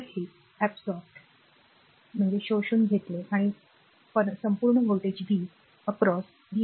तर हे शोषून घेतले आणि संपूर्ण व्होल्टेज ओलांडून v v iR आहे